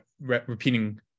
repeating